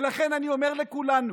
ולכן אני אומר לכולנו: